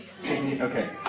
Okay